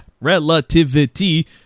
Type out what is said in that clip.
Relativity